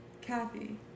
Kathy